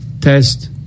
test